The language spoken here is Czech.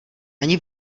ani